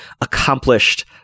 accomplished